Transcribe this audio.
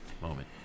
moment